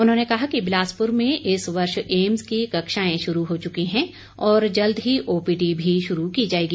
उन्होंने कहा कि बिलासपुर में इस वर्ष एम्स की कक्षाएं शुरू हो चुकी हैं और जल्द ही ओपीडी भी शुरू की जाएगी